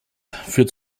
führt